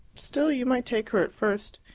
still, you might take her at first.